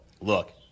look